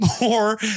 more